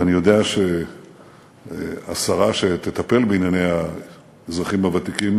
ואני יודע שהשרה שתטפל בענייני האזרחים הוותיקים